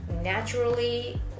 naturally